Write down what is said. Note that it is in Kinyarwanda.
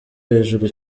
hejuru